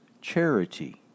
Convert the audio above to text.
charity